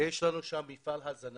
יש לנו שם מפעל הזנה